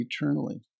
eternally